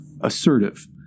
assertive